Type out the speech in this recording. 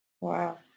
Wow